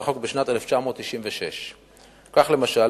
בחוק דהיום